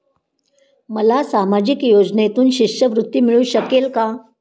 मला सामाजिक योजनेतून शिष्यवृत्ती मिळू शकेल का?